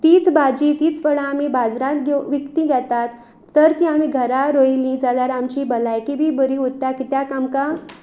तीच भाजी तींच फळां आमी बाजरान घेव विकतीं घेतात तर तीं आमी घरा रोयलीं जाल्यार आमची भलायकी बी बरी उरता किद्याक आमकां